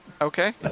Okay